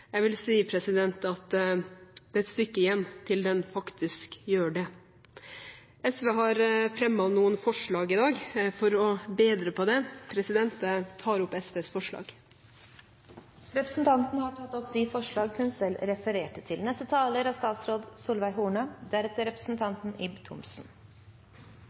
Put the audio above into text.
Jeg vil si at det er et stykke igjen til den faktisk gjør det. SV har fremmet noen forslag i dag for å bedre på det. Jeg tar opp SVs forslag. Representanten Kirsti Bergstø har tatt opp de forslagene hun selv refererte til. Familien er